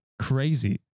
crazy